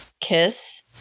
kiss